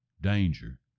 danger